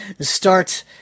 start